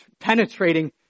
penetrating